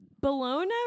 Bologna